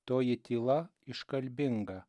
toji tyla iškalbinga